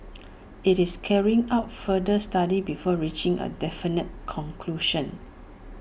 IT is carrying out further studies before reaching A definite conclusion